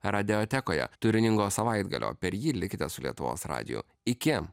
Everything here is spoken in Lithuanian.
radiotekoje turiningo savaitgalio per jį likite su lietuvos radiju iki